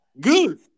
good